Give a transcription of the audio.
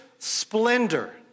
splendor